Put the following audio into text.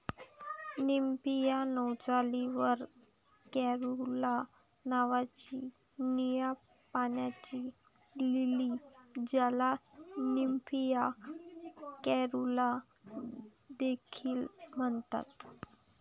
Nymphaea नौचाली वर कॅरुला नावाची निळ्या पाण्याची लिली, ज्याला निम्फिया कॅरुला देखील म्हणतात